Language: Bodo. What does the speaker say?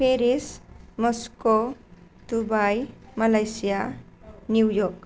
Paris Moscow Dubai Malaysia New York